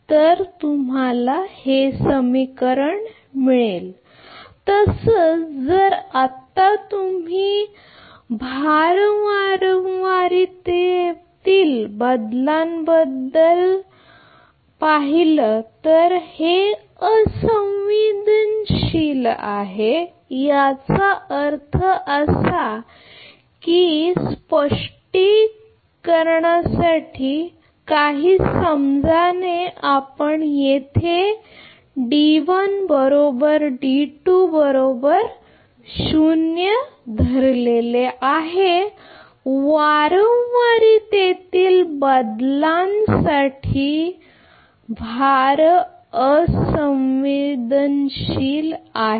तर मग तुम्हाला मिळेल तसच आत्ता तुम्ही समजा भार वारंवारतेतील बदलांबाबत असंवेदनशील आहे याचा अर्थ असा की स्पष्टीकरणासाठी काही समजाने म्हटले आहे की वारंवारतेतील बदलांसाठी लोड असंवेदनशील आहे